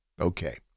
Okay